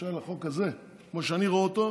למשל החוק הזה, כמו שאני רואה אותו,